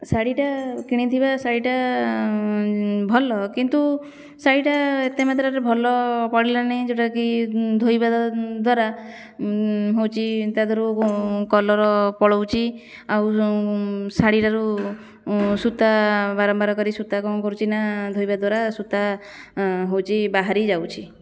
ଶାଢ଼ୀଟା କିଣିଥିବା ଶାଢ଼ୀଟା ଭଲ କିନ୍ତୁ ଶାଢ଼ୀଟା ଏତେ ମାତ୍ରାରେ ଭଲ ପଡ଼ିଲାନି ଯେଉଁଟାକି ଧୋଇବା ଦ୍ୱାରା ହେଉଛି ତା ଦିଅରୁ କଲର ପଳଉଛି ଆଉ ଶାଢ଼ୀଟାରୁ ସୂତା ବାରମ୍ବାର କରି ସୂତା କ'ଣ କରୁଛି ନା ଧୋଇବା ଦ୍ୱାରା ସୂତା ହେଉଛି ବାହାରିଯାଉଛି